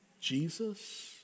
Jesus